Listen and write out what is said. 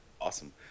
awesome